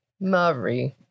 Marie